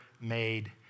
made